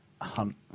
Hunt